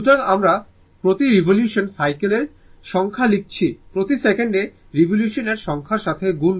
সুতরাং আমরা প্রতি রিভলিউশনে সাইকেলের সংখ্যা লিখছি প্রতি সেকেন্ডে রিভলিউশনের সংখ্যার সাথে গুণ করে